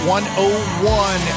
101